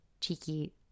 cheeky